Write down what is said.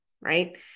Right